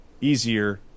easier